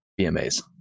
BMAs